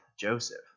Joseph